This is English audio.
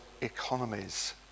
economies